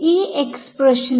ഈ xഡിസ്ക്രിടൈസ് പതിപ്പ് ആണ്